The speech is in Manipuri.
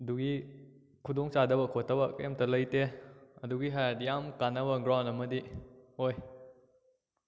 ꯑꯗꯨꯒꯤ ꯈꯨꯗꯣꯡ ꯆꯥꯗꯕ ꯈꯣꯠꯇꯕ ꯀꯩꯝꯇ ꯂꯩꯇꯦ ꯑꯗꯨꯒꯤ ꯍꯥꯏꯔꯗꯤ ꯌꯥꯝ ꯀꯥꯟꯅꯕ ꯒ꯭ꯔꯥꯎꯟ ꯑꯃꯗꯤ ꯑꯣꯏ